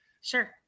Sure